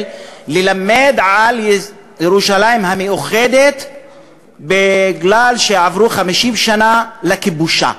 ללמד על ירושלים המאוחדת בגלל שעברו 50 שנה לכיבושה.